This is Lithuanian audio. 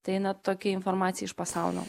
tai na tokia informacija iš pasaulio